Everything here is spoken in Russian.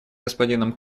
господином